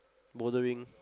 bouldering